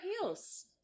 heels